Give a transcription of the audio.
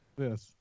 Yes